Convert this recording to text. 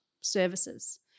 services